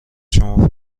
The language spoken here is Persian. شما